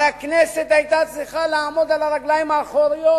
הרי הכנסת היתה צריכה לעמוד על הרגליים האחוריות,